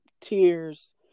Tears